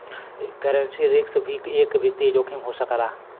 currency risk भी एक वित्तीय जोखिम हो सकला